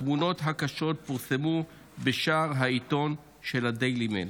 התמונות הקשות פורסמו בשער העיתון של ה-Daily Mail.